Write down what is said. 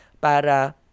para